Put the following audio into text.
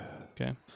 Okay